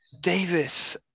Davis